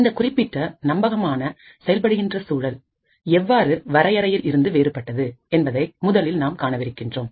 இந்த குறிப்பிட்ட நம்பகமான செயல்படுகின்ற சூழல் எவ்வாறு வரையறையில் இருந்து வேறுபட்டது என்பதை முதலில் நாம் காணவிருக்கிறோம்